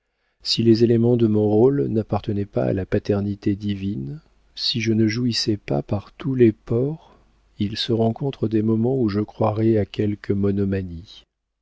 si les éléments de mon rôle n'appartenaient pas à la paternité divine si je ne jouissais pas par tous les pores il se rencontre des moments où je croirais à quelque monomanie